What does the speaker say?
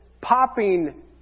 popping